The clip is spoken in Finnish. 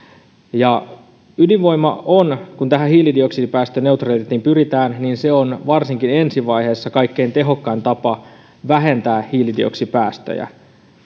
ydinvoima on kun tähän hiilidioksidipäästöneutraliteettiin pyritään varsinkin ensivaiheessa kaikkein tehokkain tapa vähentää hiilidioksidipäästöjä